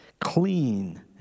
clean